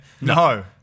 No